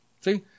See